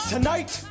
Tonight